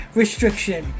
restriction